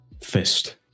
fist